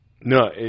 No